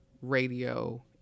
radio